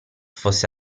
fosse